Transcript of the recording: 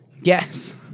yes